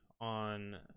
on